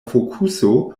fokuso